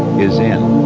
is in.